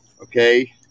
okay